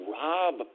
rob